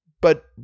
But